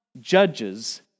judges